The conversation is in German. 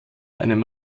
einem